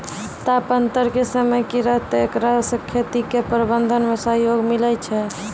तापान्तर के समय की रहतै एकरा से खेती के प्रबंधन मे सहयोग मिलैय छैय?